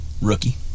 Rookie